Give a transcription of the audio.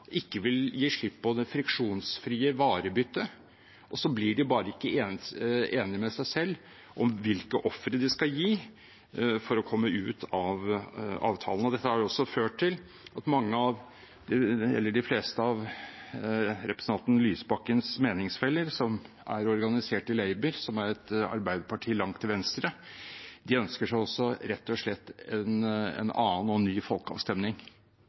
ikke vil gi slipp på det friksjonsfrie varebyttet, og så blir de bare ikke enig med seg selv om hvilke ofre de skal gi for å komme ut av avtalen. Dette har jo også ført til at de fleste av representanten Lysbakkens meningsfeller, som er organisert i Labour – et arbeiderparti langt til venstre – rett og slett ønsker seg en annen, ny folkeavstemning